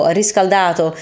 riscaldato